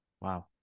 Wow